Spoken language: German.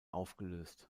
aufgelöst